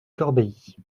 corbéis